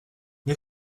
nie